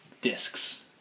discs